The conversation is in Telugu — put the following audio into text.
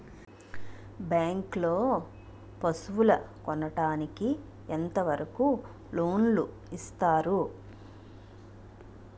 బ్యాంక్ లో పశువుల కొనడానికి ఎంత వరకు లోన్ లు ఇస్తారు?